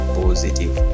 positive